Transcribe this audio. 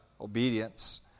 obedience